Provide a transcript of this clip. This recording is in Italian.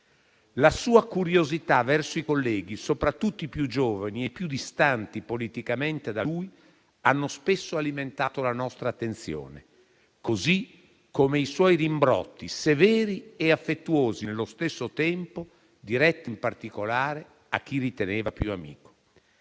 La sua curiosità verso i colleghi, soprattutto i più giovani e i più distanti politicamente da lui, hanno spesso alimentato la nostra attenzione, così come i suoi rimbrotti severi e affettuosi, nello stesso tempo, diretti in particolare a chi riteneva più amico.